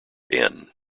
inn